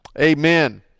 amen